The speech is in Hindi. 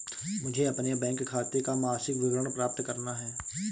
मुझे अपने बैंक खाते का मासिक विवरण प्राप्त करना है?